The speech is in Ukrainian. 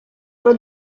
про